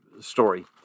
story